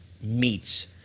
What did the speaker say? meets